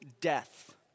death